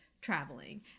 traveling